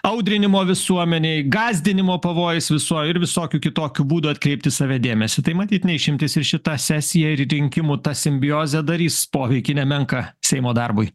audrinimo visuomenėj gąsdinimo pavojais viso ir visokių kitokių būdų atkreipti į save dėmesį taigi matyt ne išimtis ir šita sesija ir rinkimų tą simbiozė darys poveikį nemenką seimo darbui